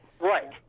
Right